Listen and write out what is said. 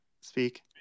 speak